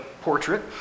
portrait